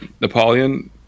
Napoleon